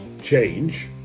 change